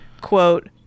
quote